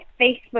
Facebook